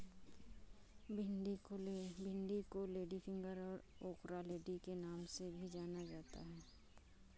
भिन्डी को लेडीफिंगर और ओकरालेडी के नाम से भी जाना जाता है